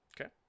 Okay